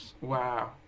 Wow